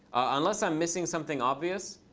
unless i'm missing something obvious,